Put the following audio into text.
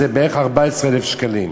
הוא בערך 14,000 שקלים.